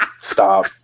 Stop